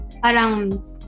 parang